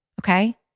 Okay